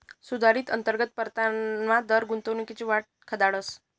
सुधारित अंतर्गत परतावाना दर गुंतवणूकनी वाट दखाडस